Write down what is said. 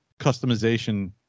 customization